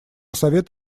совет